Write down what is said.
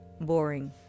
boring